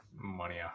money